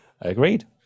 Agreed